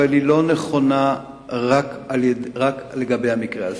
אבל היא לא נכונה רק לגבי המקרה הזה.